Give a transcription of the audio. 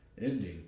ending